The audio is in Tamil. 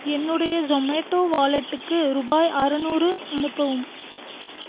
என்னுடைய ஜொமேட்டோ வாலெட்டுக்கு ரூபாய் ஆறுநூறு அனுப்பவும்